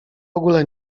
ogóle